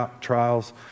trials